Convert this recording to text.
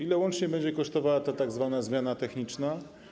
Ile łącznie będzie kosztowała ta tzw. zmiana techniczna?